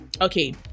okay